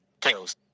Tails